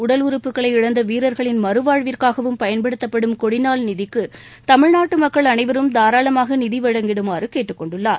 உடல் உறுப்புக்களை இழந்த வீரர்களின் மறுவாழ்விற்காகவும் பயன்படுத்தப்படும் கொடிநாள் நிதிக்கு தமிழ்நாட்டு மக்கள் அனைவரும் தாராளமாக நிதி வழங்கிடுமாறு கேட்டுக் கொண்டுள்ளார்